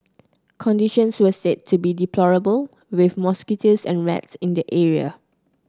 conditions were said to be deplorable with mosquitoes and rats in the area